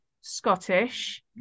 Scottish